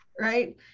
right